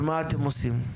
ומה אתם עושים?